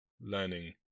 learning